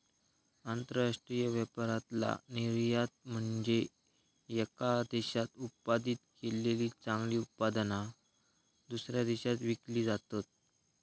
आंतरराष्ट्रीय व्यापारातला निर्यात म्हनजे येका देशात उत्पादित केलेली चांगली उत्पादना, दुसऱ्या देशात विकली जातत